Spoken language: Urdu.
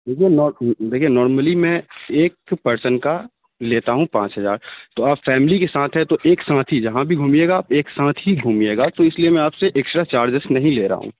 دیکھیے نور دیکھیے نارملی میں ایک صرف پرسن کا لیتا ہوں پانچ ہزار تو آپ فیملی کے ساتھ ہیں تو ایک ساتھ ہی جہاں بھی گھومیے گا آپ ایک ساتھ ہی گھومیے گا تو اس لیے میں آپ سے ایکسٹرا چارجس نہیں لے رہا ہوں